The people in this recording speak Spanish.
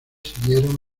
siguieron